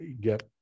get